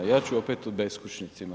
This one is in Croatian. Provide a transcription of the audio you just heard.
Ja ću opet o beskućnicima.